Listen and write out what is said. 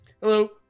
Hello